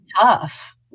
tough